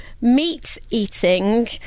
meat-eating